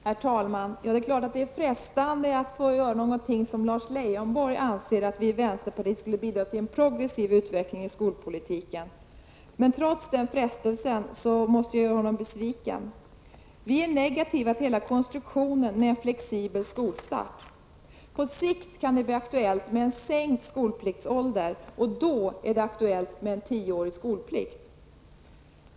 Herr talman! Det är klart att det är frestande för oss i vänsterpartiet att få göra något som enligt Lars Leijonborg bidrar till en progressiv utveckling i skolpolitiken. Jag måste trots den frestelsen göra honom besviken. Vi är negativa till hela konstruktionen om en flexibel skolstart. På sikt kan det bli aktuellt med en sänkt skolpliktsålder, och då är det aktuellt med en tioårig skolplikt.